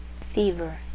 Fever